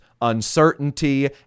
uncertainty